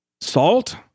salt